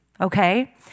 okay